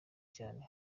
cyane